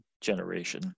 generation